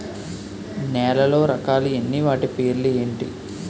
నేలలో రకాలు ఎన్ని వాటి పేర్లు ఏంటి?